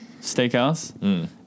Steakhouse